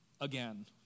again